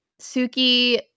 Suki